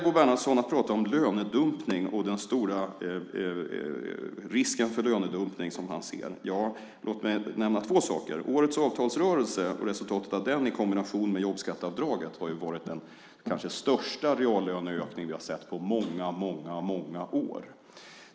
Bo Bernhardsson väljer att tala om den stora risken för lönedumpning som han ser. Låt mig då nämna två saker. Resultatet av årets avtalsrörelse i kombination med jobbskatteavdraget har varit den kanske största reallöneökning vi sett på många, många, många år.